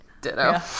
ditto